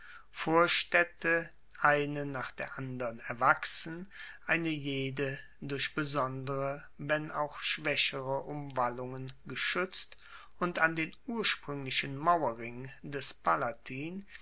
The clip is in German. vorstaedte eine nach der andern erwachsen eine jede durch besondere wenn auch schwaechere umwallungen geschuetzt und an den urspruenglichen mauerring des palatin